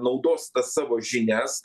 naudos savo žinias